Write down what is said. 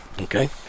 Okay